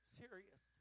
serious